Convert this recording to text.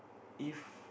if